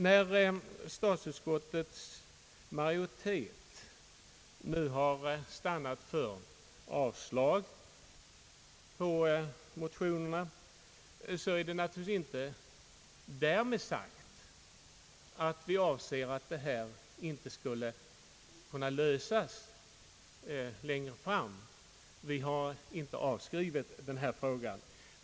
När statsutskottets majoritet nu har stannat för att yrka avslag på motionerna är det naturligtvis inte därmed sagt att vi inte tror att denna fråga skulle kunna lösas längre fram. Vi har inte avskrivit frågan.